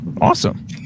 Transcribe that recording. Awesome